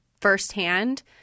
firsthand